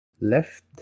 left